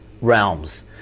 realms